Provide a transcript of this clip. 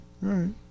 right